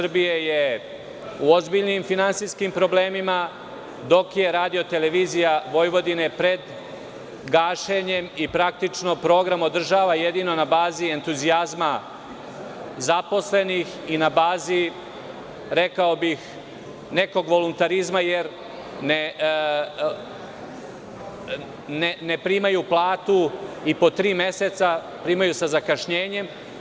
RTS je u ozbiljnim finansijskim problemima, dok je RTV pred gašenjem i praktično program održava jedino na bazi entuzijazma zaposlenih i na bazi, rekao bih, nekog voluntarizma, jer ne primaju platu i po tri meseca, primaju sa zakašnjenjem.